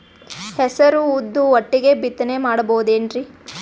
ಹೆಸರು ಉದ್ದು ಒಟ್ಟಿಗೆ ಬಿತ್ತನೆ ಮಾಡಬೋದೇನ್ರಿ?